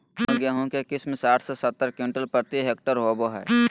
कौन गेंहू के किस्म साठ से सत्तर क्विंटल प्रति हेक्टेयर होबो हाय?